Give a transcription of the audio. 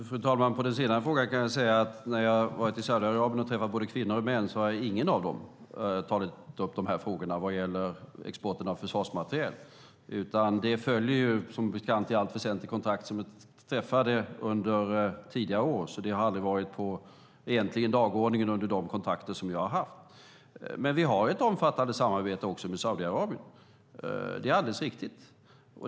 Fru talman! Som svar på den senare frågan kan jag säga att när jag har varit i Saudiarabien och träffat både kvinnor och män har ingen av dem tagit upp frågorna vad gäller exporten av försvarsmateriel. Den följer som bekant i allt väsentligt kontrakt som är träffade tidigare år, så det har aldrig varit på dagordningen under de kontakter som jag har haft. Men vi har ett omfattande samarbete också med Saudiarabien - det är alldeles riktigt.